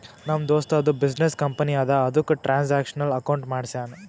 ನಮ್ ದೋಸ್ತದು business company ಅದಾ ಅದುಕ್ಕ ಟ್ರಾನ್ಸ್ಅಕ್ಷನಲ್ ಅಕೌಂಟ್ ಮಾಡ್ಸ್ಯಾನ್